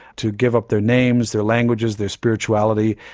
to give up their names, their languages, their spirituality,